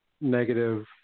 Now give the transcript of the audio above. negative